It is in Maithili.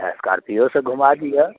स्कार्पियोसँ घूमा दिअ